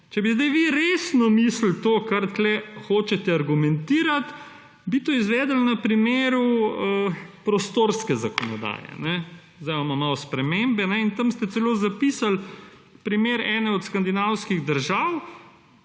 Če bi zdaj vi resno mislili to, kar tukaj hočete argumentirati, bi to izvedli na primeru prostorske zakonodaje. Zdaj imamo malo spremembe in tam ste celo zapisali primer ene od skandinavskih držav,